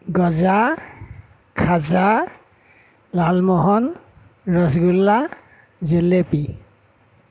গজা খাজা লালমোহন ৰসগোল্লা জুলেপী